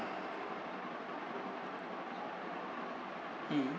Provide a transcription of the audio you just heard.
mm